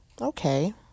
okay